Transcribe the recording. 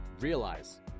Realize